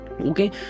Okay